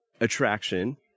attraction